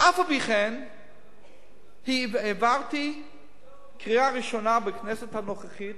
ואף-על-פי-כן העברתי בקריאה ראשונה בכנסת הנוכחית,